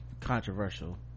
controversial